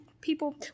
people